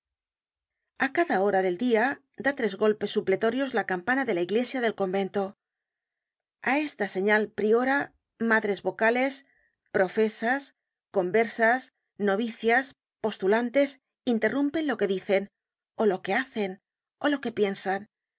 a cada hora del dia da tres golpes supletorios la campana de la iglesia del convento a esta señal priora madres vocales profesas conversas novicias postulantes interrumpen lo que dicen ó lo que hacen ó lo que piensan